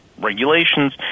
regulations